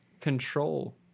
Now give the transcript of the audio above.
control